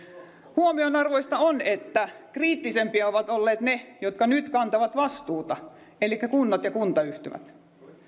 huomionarvoista on että kriittisimpiä ovat olleet ne jotka nyt kantavat vastuuta elikkä kunnat ja kuntayhtymät